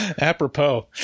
Apropos